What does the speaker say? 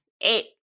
eight